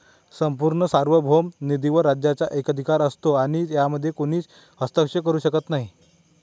संपूर्ण सार्वभौम निधीवर राज्याचा एकाधिकार असतो आणि यामध्ये कोणीच हस्तक्षेप करू शकत नाही